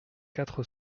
quatre